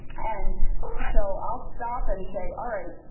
and so i'll stop and say, alright,